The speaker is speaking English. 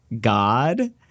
god